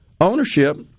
ownership